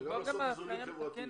זה גם לעשות איזונים חברתיים.